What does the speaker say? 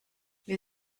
wir